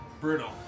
Brutal